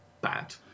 bad